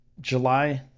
july